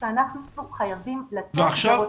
שאנחנו חייבים לתת,